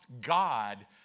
God